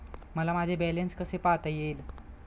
मला माझे बॅलन्स कसे पाहता येईल?